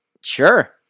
Sure